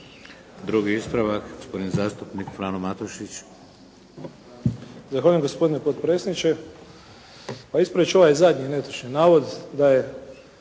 Drugi ispravak, gospodin zastupnik Frano Matušić. **Matušić, Frano (HDZ)** Zahvaljujem gospodine potpredsjedniče. Pa ispraviti ću ovaj zadnji netočan navod da je